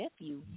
nephew